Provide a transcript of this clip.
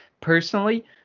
personally